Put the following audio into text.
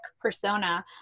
persona